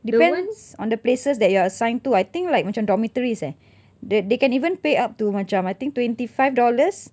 depends on the places that you are assigned to I think like macam dormitories eh the they can even pay up to macam I think twenty five dollars